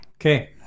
Okay